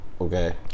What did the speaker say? Okay